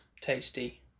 tasty